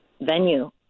venue